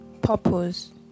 Purpose